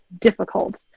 difficult